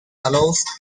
allows